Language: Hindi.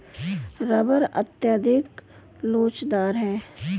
रबर अत्यधिक लोचदार है